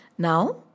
Now